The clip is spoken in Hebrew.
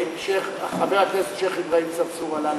חבר הכנסת שיח' אברהים צרצור עלה,